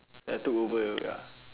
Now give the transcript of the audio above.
ya I took over your ya